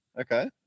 Okay